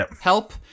help